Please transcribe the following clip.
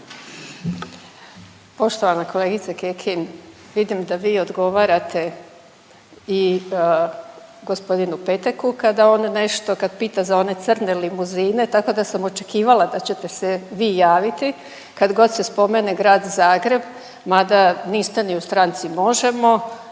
Poštovana kolegice Kekin vidim da vi odgovarate i gospodinu Peteku kada on nešto, kada pita za one crne limuzine tako da sam očekivala da ćete se vi javiti kad god se spomene Grad Zagreb, mada niste ni u stranici Možemo!